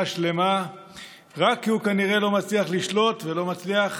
שלמה רק כי הוא כנראה לא מצליח לשלוט ולא מצליח